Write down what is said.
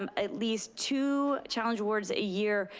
um at least two challenge awards a year,